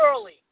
early